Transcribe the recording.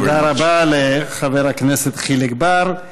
תודה רבה לחבר הכנסת חיליק בר.